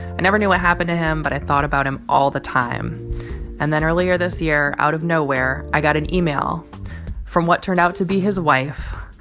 i never knew what happened to him, but i thought about him all the time and then earlier this year, out of nowhere, i got an email from what turned out to be his wife,